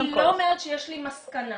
אני לא אומרת שיש לי מסקנה.